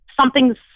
something's